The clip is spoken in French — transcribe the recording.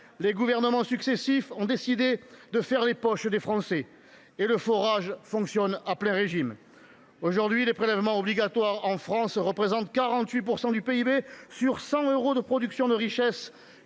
les gouvernements successifs ont décidé de faire les poches des Français. Et le forage fonctionne à plein régime. Aujourd’hui, les prélèvements obligatoires en France représentent 48 % du PIB ! Sur 100 euros de production de richesse,